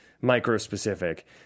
micro-specific